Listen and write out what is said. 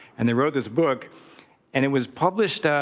and they wrote this book and it was published,